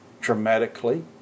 dramatically